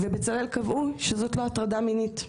ובצלאל קבעו שזאת לא הטרדה מינית.